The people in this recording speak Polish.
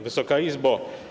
Wysoka Izbo!